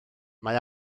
mae